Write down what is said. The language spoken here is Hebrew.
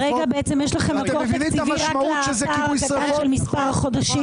כרגע בעצם יש לכם מקור תקציבי רק לפער הקטן של מספר החודשים.